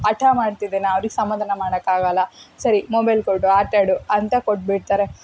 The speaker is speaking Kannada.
ಹಟ ಮಾಡ್ತಿದ್ದಾನೆ ಅವ್ರಿಗೆ ಸಮಾಧಾನ ಮಾಡೋಕ್ಕಾಗಲ್ಲ ಸರಿ ಮೊಬೈಲ್ ಕೊಡು ಆಟಾಡು ಅಂತ ಕೊಟ್ಬಿಡ್ತಾರೆ